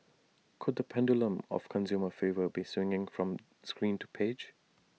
could the pendulum of consumer favour be swinging from screen to page